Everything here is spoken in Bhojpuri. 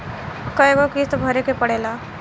कय गो किस्त भरे के पड़ेला?